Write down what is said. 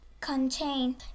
contain